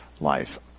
life